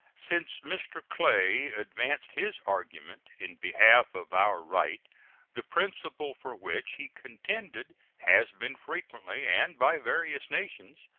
since mr. clay advanced his argument in behalf of our right the principle for which he contended has been frequently, and by various nations,